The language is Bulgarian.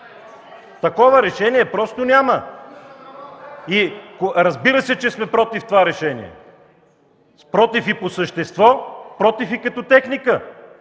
Такова решение просто няма! (Реплики от ГЕРБ.) Разбира се, че сме против това решение! Против и по същество, против и като техника!